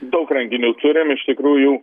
daug renginių turim iš tikrųjų